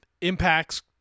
Impact's